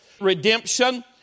Redemption